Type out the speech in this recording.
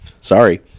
Sorry